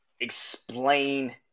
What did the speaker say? Explain